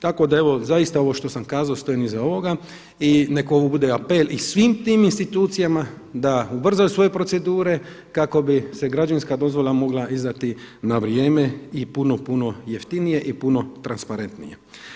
Tako da evo zaista ovo što sam kazao stojim iza ovoga i neka ovo bude apel i svim tim institucijama da ubrzaju svoje procedure kako bi se građevinska dozvola mogla izdati na vrijeme i puno, puno jeftinije i puno transparentnije.